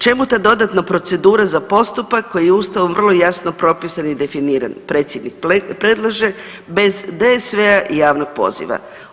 Čemu ta dodatna procedura za postupak koji je Ustavom vrlo jasno propisan i definiran, predsjednik predlaže, bez DSV-a i javnog poziva.